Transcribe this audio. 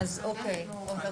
הבנתי, אוקיי.